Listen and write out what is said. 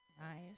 Nice